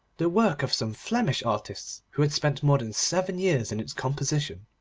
the work of some flemish artists who had spent more than seven years in its composition.